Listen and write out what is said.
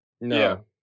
No